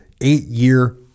eight-year